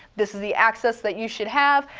this is the access that you should have.